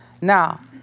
Now